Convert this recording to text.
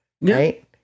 right